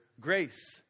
grace